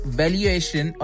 valuation